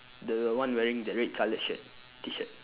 the one wearing the red coloured shirt T-shirt